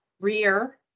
rear